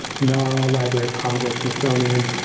nara, library of congress, smithsonian,